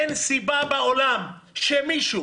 אין סיבה בעולם שמישהו